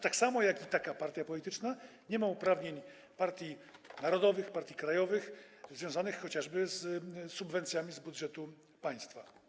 Tak samo taka partia polityczna nie ma uprawnień partii narodowych, partii krajowych, związanych chociażby z subwencjami z budżetu państwa.